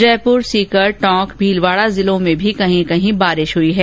जयपुर सीकर टोंक भीलवाडा जिलों में भी कहीं कहीं बारिश हुई है